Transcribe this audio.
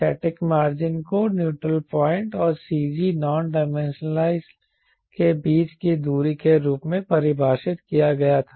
static margin को neutral point और CG non dimensional के बीच की दूरी के रूप में परिभाषित किया गया था